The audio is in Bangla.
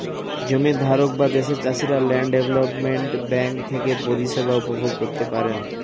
জমির ধারক এবং দেশের চাষিরা ল্যান্ড ডেভেলপমেন্ট ব্যাঙ্ক থেকে পরিষেবা উপভোগ করতে পারেন